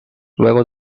luego